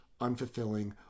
unfulfilling